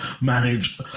manage